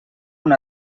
una